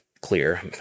clear